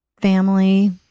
family